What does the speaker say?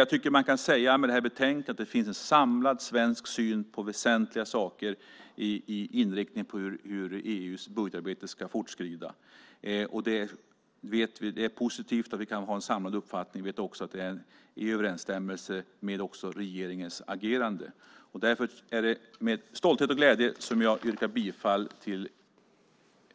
Jag tycker att man kan säga att det med detta utlåtande finns en samlad svensk syn på väsentliga saker i inriktningen på hur EU:s budgetarbete ska fortskrida. Det är positivt att vi kan ha en samlad uppfattning. Det är också i överensstämmelse med regeringens agerande. Därför är det med stolthet och glädje som jag yrkar bifall till förslaget